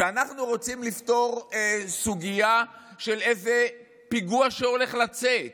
כשאנחנו רוצים לפטור סוגיה של פיגוע שהולך לצאת